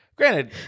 Granted